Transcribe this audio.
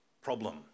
problem